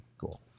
Cool